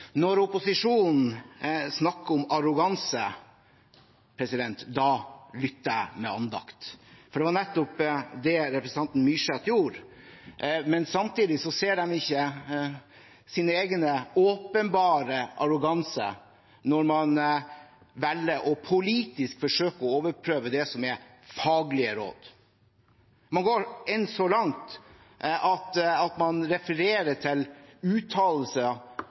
Når opposisjonen snakker om arroganse, lytter jeg med andakt, for det var nettopp det representanten Myrseth gjorde. Samtidig ser de ikke sin egen åpenbare arroganse når man velger politisk å forsøke å overprøve det som er faglige råd. Man går endog så langt at man refererer til